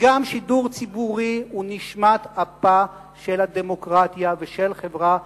ושידור ציבורי הוא גם נשמת אפה של הדמוקרטיה ושל חברה פתוחה,